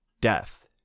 Death